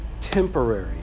temporary